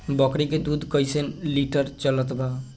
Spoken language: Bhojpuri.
बकरी के दूध कइसे लिटर चलत बा?